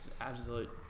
absolute